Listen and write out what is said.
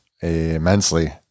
immensely